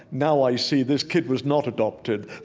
now i see, this kid was not adopted.